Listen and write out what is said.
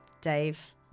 Dave